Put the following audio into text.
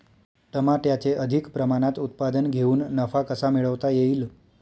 टमाट्याचे अधिक प्रमाणात उत्पादन घेऊन नफा कसा मिळवता येईल?